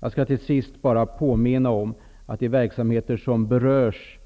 Jag skall till sist bara påminna om att de verksamheter som berörs